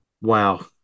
wow